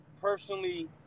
personally